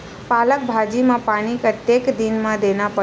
पालक भाजी म पानी कतेक दिन म देला पढ़ही?